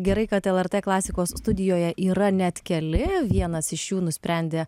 gerai kad lrt klasikos studijoje yra net keli vienas iš jų nusprendė